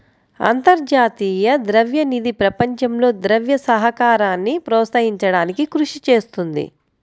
అంతర్జాతీయ ద్రవ్య నిధి ప్రపంచంలో ద్రవ్య సహకారాన్ని ప్రోత్సహించడానికి కృషి చేస్తుంది